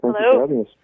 Hello